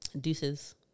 deuces